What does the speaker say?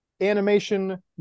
animation